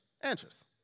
Answers